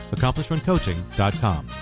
AccomplishmentCoaching.com